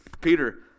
Peter